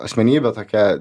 asmenybė tokia